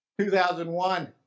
2001